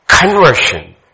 conversion